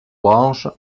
branches